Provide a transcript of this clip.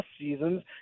seasons –